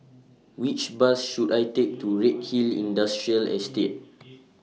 Which Bus should I Take to Redhill Industrial Estate